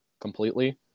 completely